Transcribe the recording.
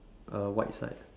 uh white side